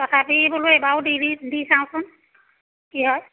তাকে বোলো এইবাৰো দি দি চাওঁচোন কি হয়